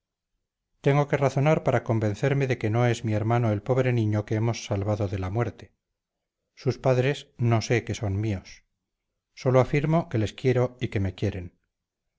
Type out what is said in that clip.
tengo que razonar para convencerme de que no es mi hermano el pobre niño que hemos salvado de la muerte sus padres no sé qué son míos sólo afirmo que les quiero y que me quieren